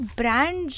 brand